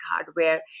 hardware